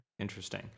Interesting